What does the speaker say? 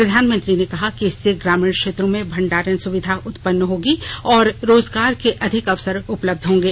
प्रधानमंत्री ने कहा कि इससे ग्रामीण क्षेत्रों में भंडारण सुविधा उत्पान्न होगी और रोजगार के अधिक अवसर उपलब्धड होंगे